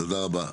תודה רבה.